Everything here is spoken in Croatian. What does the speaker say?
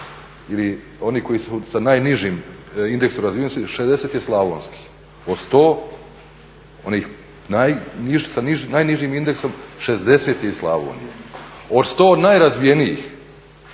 ili onih koji su sa najnižim indeksom razvijenosti 60 je slavonskih. Od 100 onih sa najnižim indeksom 60 je iz Slavonije. Od 100 najrazvijenijih